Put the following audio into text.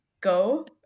go